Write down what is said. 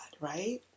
right